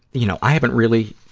you know, i haven't really,